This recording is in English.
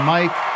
Mike